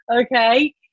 Okay